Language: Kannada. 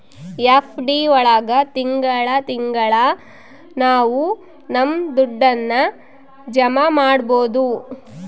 ಎಫ್.ಡಿ ಒಳಗ ತಿಂಗಳ ತಿಂಗಳಾ ನಾವು ನಮ್ ದುಡ್ಡನ್ನ ಜಮ ಮಾಡ್ಬೋದು